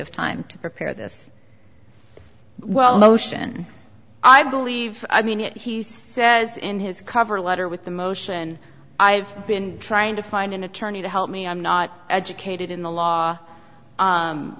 of time to prepare this well motion i believe i mean it he says in his cover letter with the motion i've been trying to find an attorney to help me i'm not educated in the law